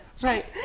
right